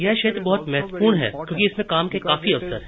यह क्षेत्र बहुत महत्वपूर्ण है क्योंकि इसमें काम के काफी अवसर हैं